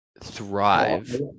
thrive